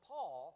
Paul